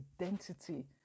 identity